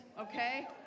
okay